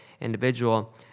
individual